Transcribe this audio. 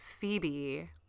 Phoebe